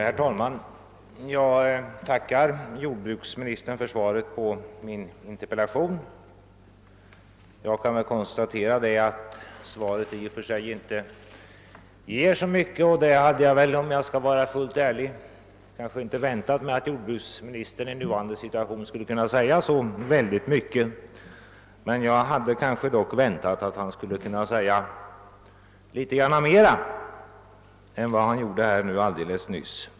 Herr talman! Jag tackar jordbruksministern för svaret på min interpellation. I och för sig ger det inte så mycket, och om jag skall vara fullt ärlig så hade jag väl inte heller väntat mig att jordbruksministern i nuvarande situation skulle kunna säga särskilt mycket. Jag hade dock väntat att han skulle kunnat säga litet mer än vad han gjorde alldeles nyss.